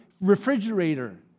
refrigerator